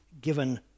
given